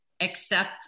accept